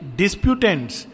disputants